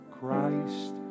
Christ